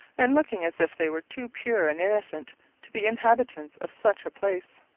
and looking as if they were too pure and innocent to be inhabitants of such a place.